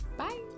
Bye